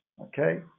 Okay